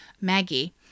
Maggie